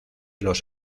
los